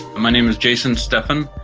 my name is jason steffen,